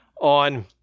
on